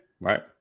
Right